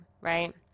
right